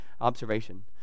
observation